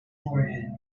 forehead